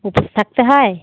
উপোস থাকতে হয়